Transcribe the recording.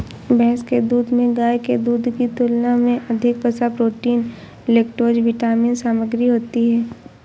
भैंस के दूध में गाय के दूध की तुलना में अधिक वसा, प्रोटीन, लैक्टोज विटामिन सामग्री होती है